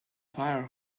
fire